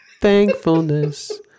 thankfulness